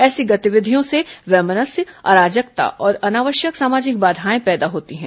ऐसी गतिविधियों से वैमनस्य अराजकता और अनावश्यक सामाजिक बाधाएं पैदा होती हैं